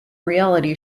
reality